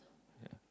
yeah